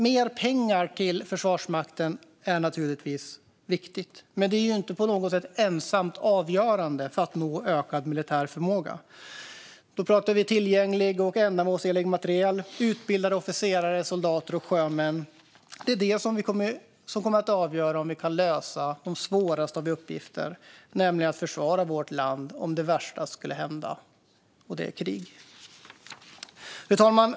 Mer pengar till Försvarsmakten är naturligtvis viktigt, men de är inte på något sätt ensamt avgörande för att nå ökad militär förmåga. Vi pratar om tillgänglig och ändamålsenlig materiel. Utbildade officerare, soldater och sjömän kommer att avgöra om vi kan lösa de svåraste av uppgifter, nämligen att försvara vårt land om det värsta skulle hända - krig. Fru talman!